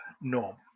norm